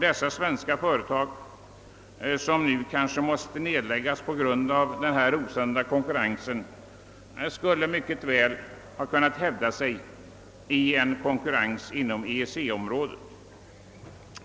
Dessa svenska företag som kanske nu måste läggas ned på grund av den osunda konkurrensen skulle mycket väl ha kunnat hävda sig i en konkurrens inom EEC området.